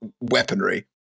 weaponry